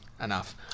enough